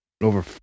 Over